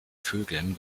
vögeln